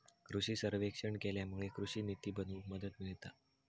कृषि सर्वेक्षण केल्यामुळे कृषि निती बनवूक मदत मिळता